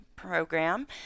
program